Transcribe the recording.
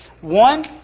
One